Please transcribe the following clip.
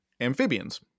amphibians